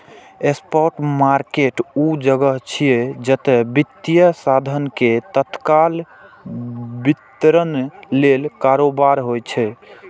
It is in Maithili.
स्पॉट मार्केट ऊ जगह छियै, जतय वित्तीय साधन के तत्काल वितरण लेल कारोबार होइ छै